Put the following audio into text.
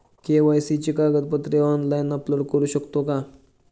KYC ची कागदपत्रे online upload करू शकतो का?